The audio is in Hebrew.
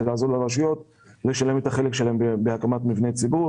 לעזור לרשויות לשלם את החלק שלהן בהקמת מבני ציבור.